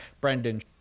Brendan